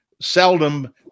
seldom